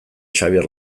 xabier